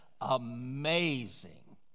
amazing